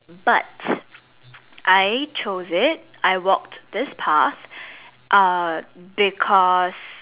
but I chose it I walk this path uh because